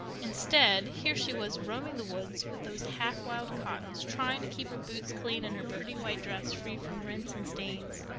instead, here she was roaming the woods with those half-wild cottons, trying to keep her boots clean and her pretty white dress free from rents and stains.